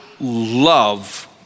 love